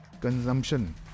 consumption